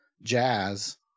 jazz